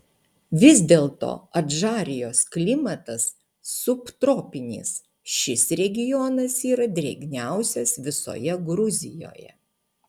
vis dėlto adžarijos klimatas subtropinis šis regionas yra drėgniausias visoje gruzijoje